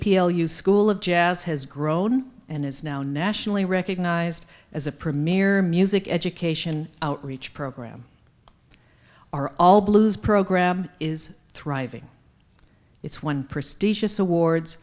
leadership school of jazz has grown and is now nationally recognized as a premier music education outreach program are all blues program is thriving it's one prestigious awards